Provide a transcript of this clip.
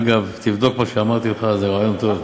אגב, תבדוק מה שאמרתי לך, זה רעיון טוב.